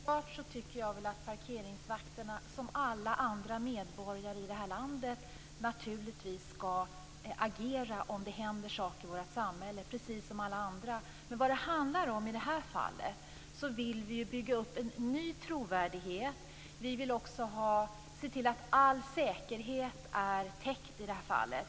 Fru talman! Jag tycker självfallet att parkeringsvakterna, liksom alla andra medborgare i det här landet, skall agera om det händer saker i vårt samhälle. I det här fallet handlar det om att vi vill bygga upp en ny trovärdighet. Vi vill också se till att säkerheten är garanterad i det här fallet.